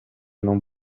non